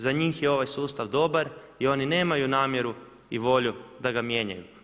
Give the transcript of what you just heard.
Za njih je ovaj sustav dobar i oni nemaju namjeru i volju da ga mijenjaju.